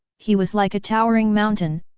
he was like a towering mountain,